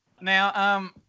Now